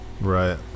right